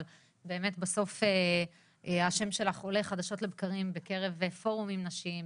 אבל באמת בסוף השם שלך עולה חדשות לבקרים בקרב פורומים נשיים,